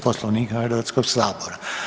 Poslovnika Hrvatskog sabora.